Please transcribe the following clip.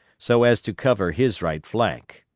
so as to cover his right flank.